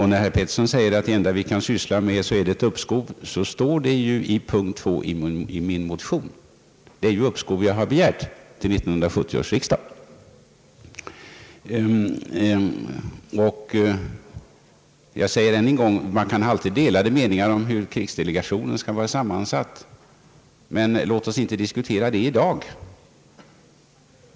Herr Pettersson sade att det enda utskottet kan syssla med är frågan om ett uppskov, men det är just vad som står i punkt 2 i min motion. Det är uppskov till 1970 års riksdag som jag har begärt! Jag säger än en gång: Man kan alltid ha delade meningar om hur krigsdelegationen skall vara sammansatt, men låt oss inte diskutera det i dag.